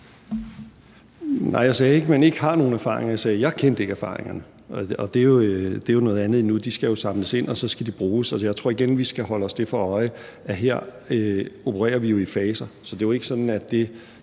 Nej, jeg sagde ikke, at man ikke har nogen erfaringer, jeg sagde, at jeg ikke kendte erfaringerne. Det er jo noget andet. De skal jo samles ind, og så skal de bruges, og jeg tror igen, vi skal holde os det for øje, at vi jo her opererer i faser. Så det er ikke sådan, at den